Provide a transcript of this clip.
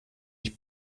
ich